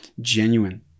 genuine